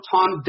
Tom